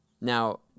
Now